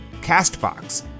CastBox